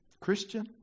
Christian